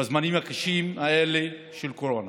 בזמנים הקשים האלה של קורונה